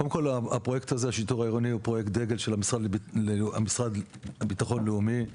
פרויקט שיטור עירוני הוא פרויקט דגל של המשרד לביטחון לאומי.